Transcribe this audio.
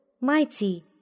mighty